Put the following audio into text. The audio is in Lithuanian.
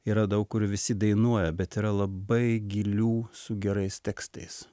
yra daug kur visi dainuoja bet yra labai gilių su gerais tekstais